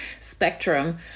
spectrum